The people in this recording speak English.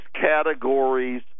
categories